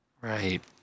Right